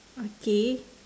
okay